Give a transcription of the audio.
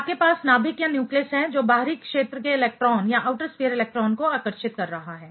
आपके पास नाभिक न्यूक्लियस है जो बाहरी क्षेत्र के इलेक्ट्रॉन को आकर्षित कर रहा है